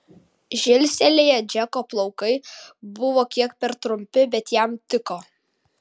žilstelėję džeko plaukai buvo kiek per trumpi bet jam tiko